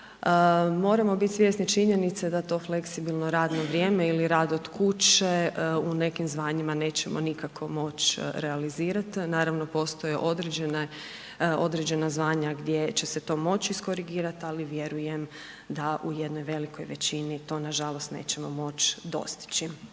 Moramo biti svjesni činjenice da to fleksibilno radno vrijeme ili rad od kuće u nekim zvanjima nećemo nikako moć realizirat, naravno postoje određena zvanja gdje će se to moć iskorigirati, ali vjerujem da u jednoj velikoj većini, to nažalost nećemo moć dostići.